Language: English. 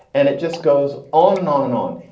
and it just goes on and on and on.